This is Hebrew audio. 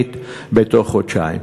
ורצינית בתוך חודשיים.